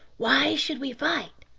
why should we fight?